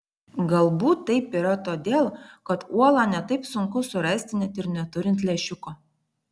galbūt taip yra todėl kad uolą ne taip sunku surasti net ir neturint lęšiuko